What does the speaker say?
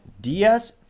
DS